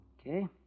Okay